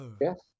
yes